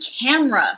camera